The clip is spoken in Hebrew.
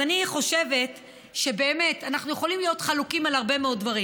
אז אני חושבת שבאמת אנחנו יכולים להיות חלוקים על הרבה מאוד דברים,